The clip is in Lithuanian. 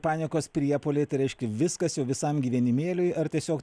panikos priepuoliai tai reiškia viskas jau visam gyvenimėliui ar tiesiog